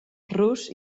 rus